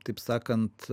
taip sakant